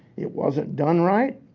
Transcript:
it wasn't done right.